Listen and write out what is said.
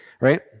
right